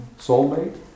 Soulmate